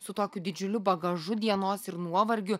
su tokiu didžiuliu bagažu dienos ir nuovargiu